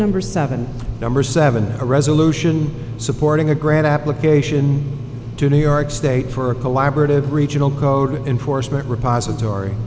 number seven number seven a resolution supporting a grant application to new york state for a collaborative regional code enforcement repositor